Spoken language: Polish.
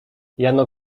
jano